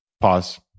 Pause